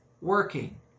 working